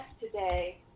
today